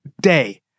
day